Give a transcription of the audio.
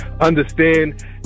understand